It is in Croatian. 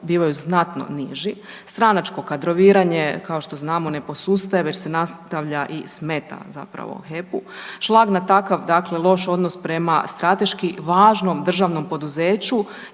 bivaju znatno niži. Stranačko kadroviranje kao što znamo ne posustaje već se nastavlja i smeta zapravo HEP-u. Šlag na takav dakle loš odnos prema strateški važnom državnom poduzeću